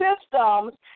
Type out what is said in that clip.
systems